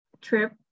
trip